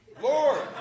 Lord